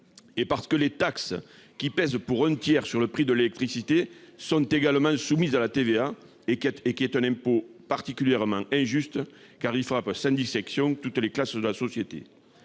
isolés et les taxes qui pèsent pour un tiers sur le prix de l'électricité sont également soumises à la TVA, impôt particulièrement injuste, car il frappe sans distinction toutes les classes de la société.